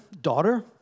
daughter